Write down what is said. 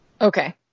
Okay